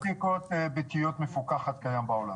גם בדיקות ביתיות מפוקחות קיימות בעולם.